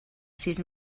sis